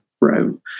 Rome